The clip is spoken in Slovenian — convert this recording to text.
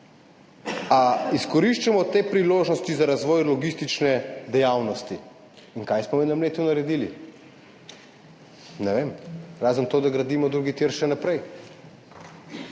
izkoriščamo te priložnosti za razvoj logistične dejavnosti in kaj smo v enem letu naredili, ne vem, razen tega, da gradimo drugi tir še naprej.